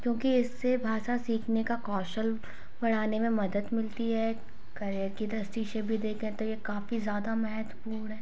क्योंकि इससे भाषा सीखने का कौशल बढ़ाने में मदद मिलती है करियर की दृष्टि से भी देखें तो ये काफ़ी ज़्यादा महत्वपूर्ण है